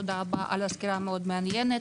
תודה על הסקירה המאוד מעניינת.